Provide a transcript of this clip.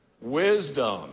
wisdom